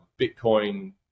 bitcoin